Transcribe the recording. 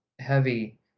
heavy